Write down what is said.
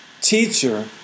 Teacher